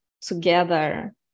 together